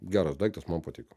geras daiktas man patiko